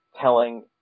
telling